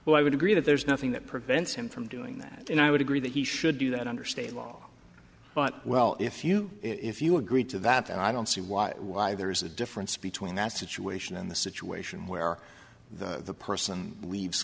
but i would agree that there's nothing that prevents him from doing that and i would agree that he should do that under state law but well if you if you agreed to that and i don't see why why there's a difference between that situation and the situation where the person leaves